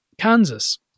Kansas